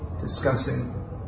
discussing